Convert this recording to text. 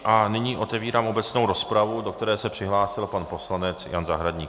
A nyní otevírám obecnou rozpravu, do které se přihlásil pan poslanec Jan Zahradník.